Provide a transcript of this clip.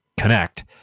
connect